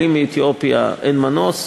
לגבי עולים מאתיופיה אין מנוס,